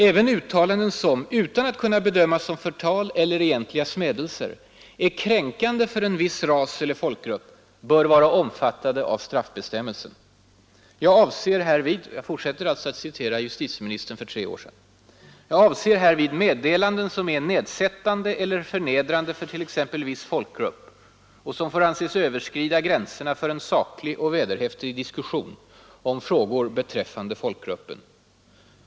——— Även uttalanden som, utan att kunna bedömas som förtal eller egentliga smädelser, är kränkande för en viss ras eller folkgrupp bör vara omfattade av straffbestämmelsen. Jag avser härvid meddelanden som är nedsättande eller förnedrande för t.ex. viss folkgrupp och som får anses överskrida gränserna för en saklig och vederhäftig diskussion om frågor beträffande folkgruppen.